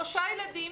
שלושה ילדים,